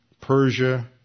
Persia